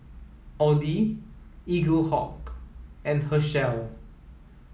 Audi Eaglehawk and Herschel